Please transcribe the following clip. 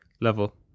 level